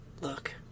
Look